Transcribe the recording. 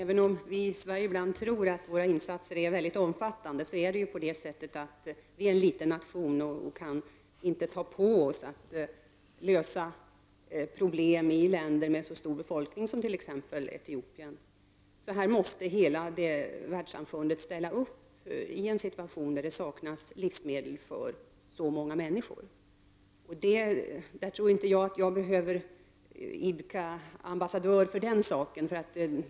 Herr talman! Vi i Sverige tror ibland att våra insatser är mycket omfattande. Men Sverige är en liten nation. Vi kan därför inte ta på oss att lösa problem i länder som har så stor befolkning som t.ex. Etiopien. Här måste hela världssamfundet ställa upp. Det rör sig ju om en situation där synnerligen många människor saknar livsmedel. Jag tror inte att jag behöver idka någon ambassadörsverksamhet i det avseendet.